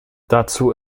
dazu